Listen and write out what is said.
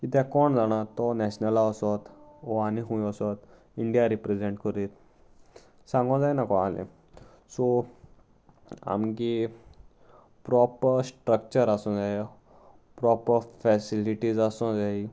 कित्याक कोण जाणा तो नॅशनला वसोत व आनी खूंय वसत इंडिया रिप्रेजेंट करीत सांगू जायना कोणालें सो आमगे प्रोपर स्ट्रक्चर आसूं जाय प्रोपर फेसिलिटीज आसूं जायी